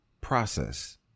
process